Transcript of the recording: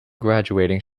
graduating